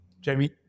Jamie